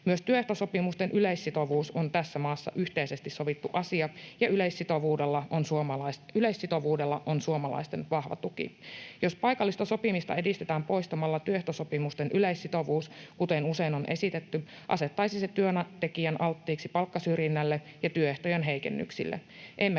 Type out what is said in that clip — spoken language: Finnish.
Myös työehtosopimusten yleissitovuus on tässä maassa yhteisesti sovittu asia, ja yleissitovuudella on suomalaisten vahva tuki. Jos paikallista sopimista edistetään poistamalla työehtosopimusten yleissitovuus, kuten usein on esitetty, asettaisi se työntekijän alttiiksi palkkasyrjinnälle ja työehtojen heikennyksille.